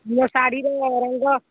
ମୋ ଶାଢ଼ୀର ରଙ୍ଗ